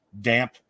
damp